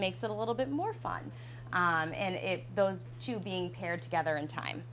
makes it a little bit more fun on and those two being paired together in time